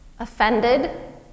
offended